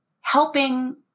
helping